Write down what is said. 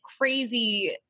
crazy